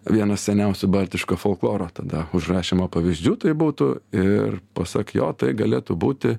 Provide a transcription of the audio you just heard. vienas seniausių baltiško folkloro tada užrašymo pavyzdžių tai būtų ir pasak jo tai galėtų būti